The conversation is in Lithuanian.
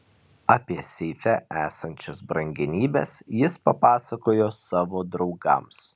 apie seife esančias brangenybes jis papasakojo savo draugams